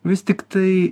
vis tiktai